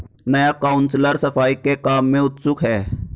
नया काउंसलर सफाई के काम में उत्सुक है